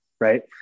right